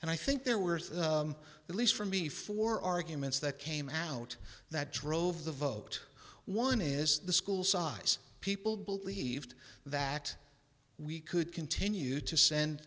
and i think there were at least for me four arguments that came out that drove the vote one is the school size people believed that we could continue to send